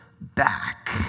back